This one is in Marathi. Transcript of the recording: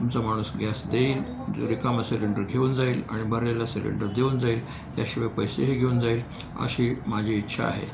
तुमचा माणूस गॅस देईल रिकामं सिलेंडर घेऊन जाईल आणि भरलेला सिलेंडर देऊन जाईल त्याशिवाय पैसेही घेऊन जाईल अशी माझी इच्छा आहे